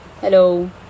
Hello